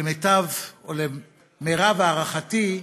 ולמיטב ולמרב הערכתי,